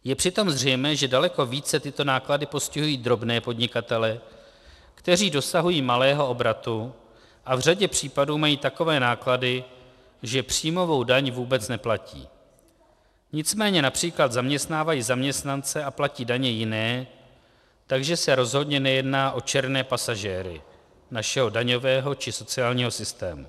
Je přitom zřejmé, že daleko více tyto náklady postihují drobné podnikatele, kteří dosahují malého obratu a v řadě případů mají takové náklady, že příjmovou daň vůbec neplatí, nicméně např. zaměstnávají zaměstnance a platí daně jiné, takže se rozhodně nejedná o černé pasažéry našeho daňového či sociálního systému.